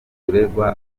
uregwa